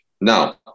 Now